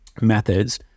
methods